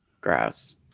Gross